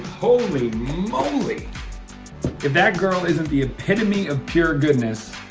holy moly. if that girl isn't the epitome of pure goodness,